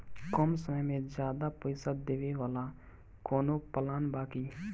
कम समय में ज्यादा पइसा देवे वाला कवनो प्लान बा की?